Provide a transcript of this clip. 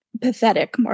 pathetic